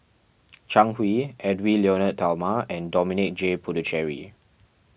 Zhang Hui Edwy Lyonet Talma and Dominic J Puthucheary